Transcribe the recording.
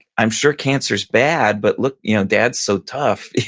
i'm sure cancer's bad, but look you know dad's so tough.